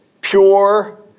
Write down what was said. pure